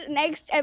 next